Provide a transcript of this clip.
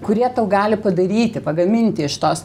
kurie tau gali padaryti pagaminti iš tos